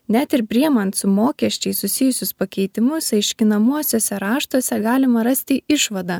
net ir priimant su mokesčiais susijusius pakeitimus aiškinamuosiuose raštuose galima rasti išvadą